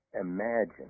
imagine